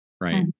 right